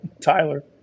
tyler